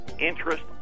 Interest